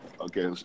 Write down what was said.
Okay